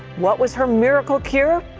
what was her miracle cure?